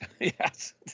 Yes